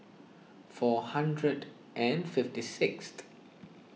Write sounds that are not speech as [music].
four hundred and fifty six [noise]